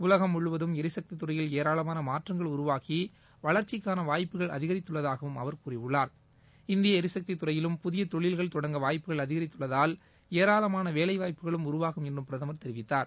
உலகம் முழுவம் எரிசக்தித்துறையில் ஏராளமான மாற்றங்கள் உருவாகி வளர்ச்சிக்காள வாய்ப்புகள் அதிகரித்துள்ளதாகவும் அவர் கூறியுள்ளார் இந்திய எரிசக்தித்துறையிலும் புதிய தொழில்கள் தொடங்க வாய்ப்புகள் அதிகரித்துள்ளதால் ஏராளமாள வேலைவாய்ப்புகளும் உருவாகும் என்றும் பிரதமர் தெரிவித்தார்